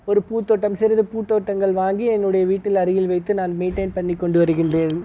ஒரு பூத்தோட்டம் சிறிது பூத்தோட்டங்கள் வாங்கி என்னுடைய வீட்டில் அருகில் வைத்து நான் மெய்ன்டெயின் பண்ணிக்கொண்டு வருகின்றேன்